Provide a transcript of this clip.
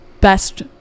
best